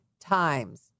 times